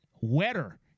wetter